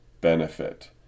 benefit